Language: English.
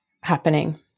happening